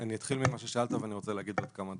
אני אתחיל ממה ששאלת ואני רוצה להגיד עוד כמה דברים.